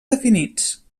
definits